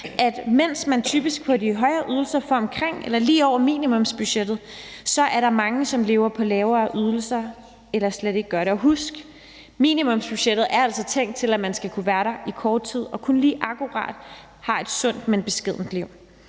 at mens man typisk på de højere ydelser får omkring eller lige over minimumsbudgettet, er der mange, som lever på lavere ydelser eller slet ikke gør det. Og husk, minimumsbudgettet er altså tænkt til, at man skal kunne være der i kort tid og kun lige akkurat har et sundt, men beskedent liv.